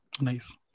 Nice